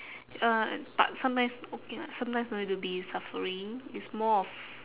uh but sometimes okay lah sometimes don't need to be suffering it's more of